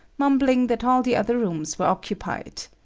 mumbling that all the other rooms were occupied.